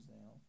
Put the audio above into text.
now